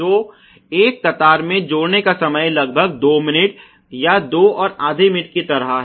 तो एक कतार मे जोड़ने का समय लगभग दो मिनट या दो और आधे मिनट की तरह है